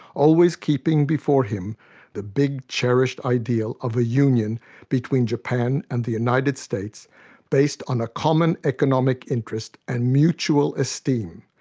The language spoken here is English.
always keeping before him the big cherished ideal of a union between japan and the united states based on a common economic interest and mutual esteem.